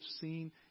seen